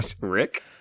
rick